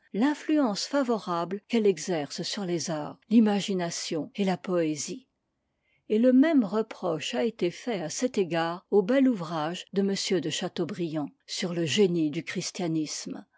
l'influence favorable qu'elle exerce sur les arts l'imagination et la poésie et le même reproche a été fait à cet égard au bel ouvrage de m de châteaubriand surle gehm christianisme